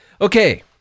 Okay